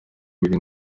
biri